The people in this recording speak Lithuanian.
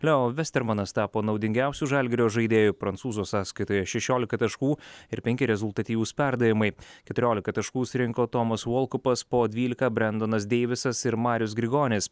leo vestermanas tapo naudingiausiu žalgirio žaidėju prancūzo sąskaitoje šešiolika taškų ir penki rezultatyvūs perdavimai keturiolika taškų surinko tomas volkupas po dvylika brensonas deivisas ir marius grigonis